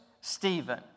Stephen